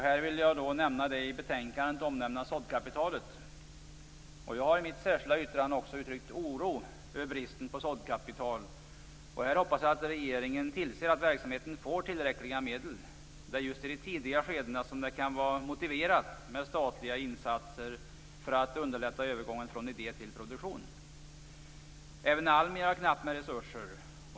Här vill jag peka på det i betänkandet omnämnda såddkapitalet. Jag har i mitt särskilda yttrande uttryckt oro över bristen på såddkapital, och här hoppas jag att regeringen tillser att verksamheten får tillräckliga medel. Det är just i de tidiga skedena som det kan vara motiverat med statliga insatser för att underlätta övergången från idé till produktion. Även ALMI har knappt med resurser.